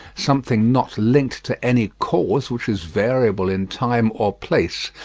something not linked to any cause which is variable in time or place,